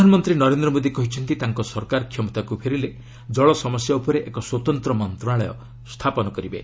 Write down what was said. ପ୍ରଧାନମନ୍ତ୍ରୀ ନରେନ୍ଦ୍ର ମୋଦି କହିଛନ୍ତି ତାଙ୍କ ସରକାର କ୍ଷମତାକୁ ଫେରିଲେ ଜଳ ସମସ୍ୟା ଉପରେ ଏକ ସ୍ୱତନ୍ତ୍ର ମନ୍ତ୍ରଣାଳୟ ଗଠନ କରିବେ